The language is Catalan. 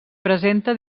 presenta